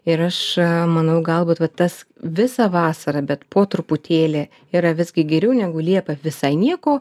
ir aš manau galbūt vat tas visą vasarą bet po truputėlį yra visgi geriau negu liepą visai nieko